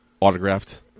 autographed